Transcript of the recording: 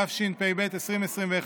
התשפ"ב 2021,